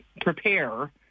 prepare